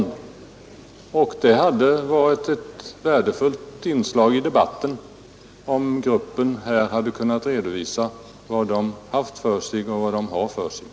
Det hade varit ett värdefullt inslag i debatten om gruppen här hade kunnat redovisa vad den haft för sig och vad den håller på med.